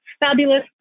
Fabulous